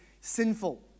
sinful